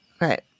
right